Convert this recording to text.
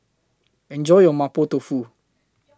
Enjoy your Mapo Tofu